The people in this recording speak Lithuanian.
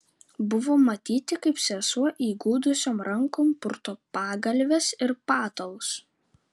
buvo matyti kaip sesuo įgudusiom rankom purto pagalves ir patalus